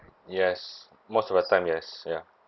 yes most of the time yes ya